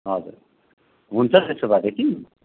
हजर हुन्छ त्यसो भएदेखिन्